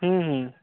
हूँ हूँ